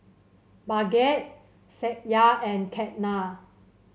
Bhagat Satya and Ketna